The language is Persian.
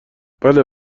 بله